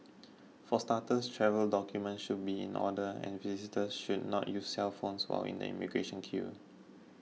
for starters travel documents should be in order and visitors should not use cellphones while in the immigration queue